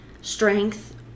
strength